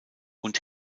und